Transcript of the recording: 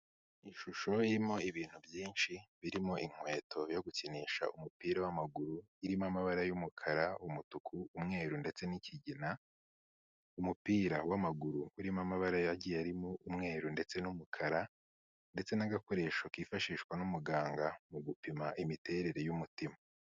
Ishusho irimo ibintu byinshi, birimo inkweto yo gukinisha umupira wamaguru, irimo amabara yumukara, umutuku, umweru, ndetse n'kigina, umupira w'amaguru, urimo amabara agiye arimo umweru, ndetse n'umukara, ndetse n'agakoresho kifashishwa n'umuganga, mu gupima imiterere y'umutima.